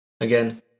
Again